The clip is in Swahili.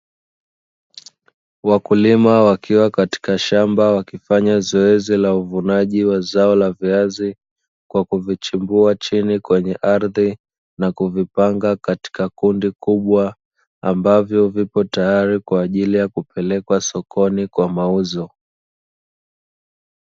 Wakulima wakiwa katika shamba wakifanya zoezi la uvunaji wa zao la viazi, kwa kuvichimbua chini kwenye ardhi na kuvipanga katika kundi kubwa, ambavyo viko tayari kwa ajili kupelekwa sokoni kwa mauzo.